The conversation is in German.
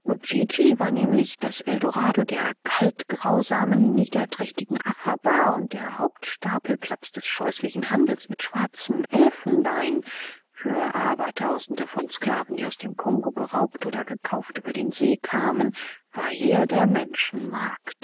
war nämlich das eldorado der kaltgrausamen niederträchtigen araber und der hauptstapelplatz des scheußlichen handels mit schwarzem elfenbein für abertausende von sklaven die aus dem kongo geraubt oder gekauft über den see kamen war hier der